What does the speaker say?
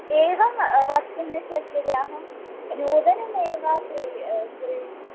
एवं वक्तुं न शक्यते अहं नूतनमेव क्री त्री